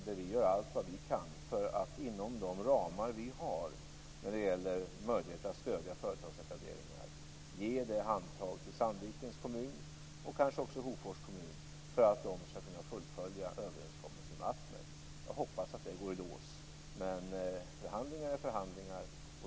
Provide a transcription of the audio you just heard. Vi gör allt vi kan för att inom de ramar vi har när det gäller möjligheten att stödja företagsetableringar ge ett handtag till Sandvikens kommun - och kanske också Hofors kommun - för att de skall kunna fullfölja överenskommelsen med Atmel. Jag hoppas att det går i lås, men förhandlingar är förhandlingar.